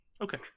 okay